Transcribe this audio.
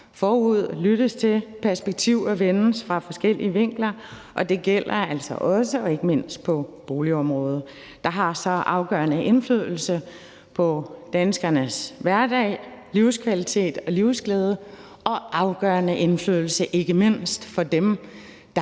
forud og lyttes til og perspektiver ses fra forskellige vinkler. Det gælder altså også ikke mindst på boligområdet, der har så afgørende indflydelse på danskernes hverdag, livskvalitet og livsglæde og ikke mindst afgørende indflydelse for dem, der